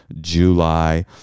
July